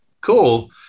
cool